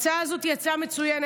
ההצעה הזאת היא הצעה מצוינת,